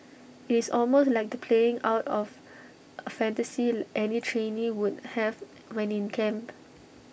IT is almost like the playing out of A fantasy any trainee would have when in camp